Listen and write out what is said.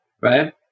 Right